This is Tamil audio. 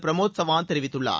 பிரமோத் சவாந்த் தெரிவித்துள்ளார்